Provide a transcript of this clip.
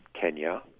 kenya